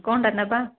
କ'ଣଟା ନେବା